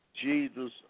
Jesus